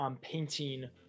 painting